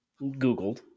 Googled